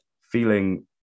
feeling